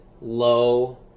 low